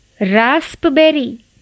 Raspberry